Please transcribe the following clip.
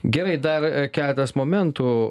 gerai dar keletas momentų